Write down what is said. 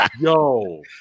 Yo